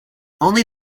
only